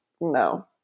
No